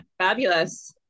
fabulous